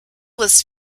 was